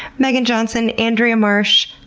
megan johnson, andria marsh,